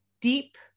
deep